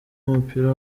w’umupira